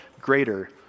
greater